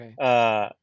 Okay